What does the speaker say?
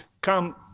Come